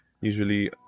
Usually